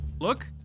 look